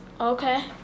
Okay